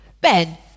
Ben